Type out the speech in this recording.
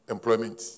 Employment